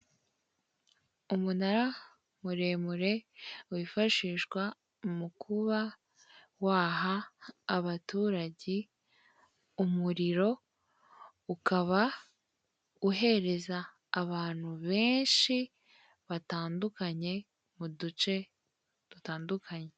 Umunara muremure wifashishwa mukuba waha abaturage umuriro, ukaba uhereza abantu benshi batandukanye muduce dutandukanye.